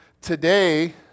today